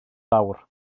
fawr